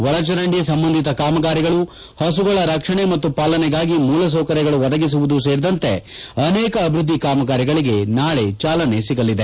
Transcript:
ಒಳಚರಂಡಿ ಸಂಬಂಧಿತ ಕಾಮಗಾರಿಗಳು ಪಸುಗಳ ರಕ್ಷಣೆ ಮತ್ತು ಪಾಲನೆಗಾಗಿ ಮೂಲ ಸೌಕರ್ಯಗಳು ಒದಗಿಸುವುದು ಸೇರಿದಂತೆ ಅನೇಕ ಅಭಿವ್ಯದ್ದಿ ಕಾಮಗಾರಿಗಳಿಗೆ ನಾಳೆ ಜಾಲನೆ ಸಿಗಲಿದೆ